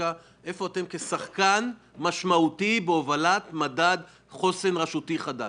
לסטטיסטיקה כשחקן משמעותי בהובלת מדד חוסן רשותי חדש?